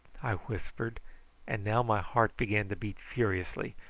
i whispered and now my heart began to beat furiously,